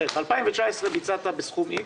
ב-2019 ביצעתם בסכום X,